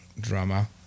drama